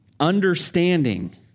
Understanding